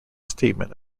statement